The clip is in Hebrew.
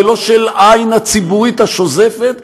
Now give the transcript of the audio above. ולא של העין הציבורית השוזפת,